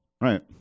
Right